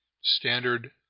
standard